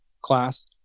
class